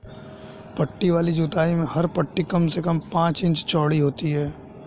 पट्टी वाली जुताई में हर पट्टी कम से कम पांच इंच चौड़ी होती है